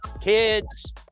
kids